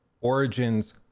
Origins